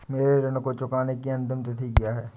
मेरे ऋण को चुकाने की अंतिम तिथि क्या है?